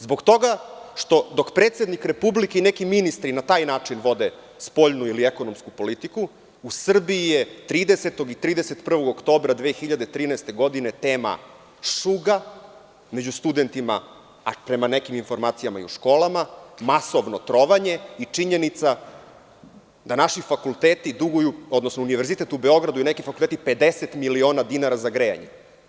Zbog toga što dok predsednik Republike i neki ministri na taj način vode spoljnu ili ekonomsku politiku, u Srbiji je 30. i 31. oktobra 2013. tema šuga među studentima, a prema nekim informacijama i u školama, masovno trovanje, i činjenica da naši fakulteti duguju, odnosno univerzitet u Beogradu i neki fakulteti duguju 50 miliona dinara za grejanje.